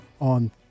on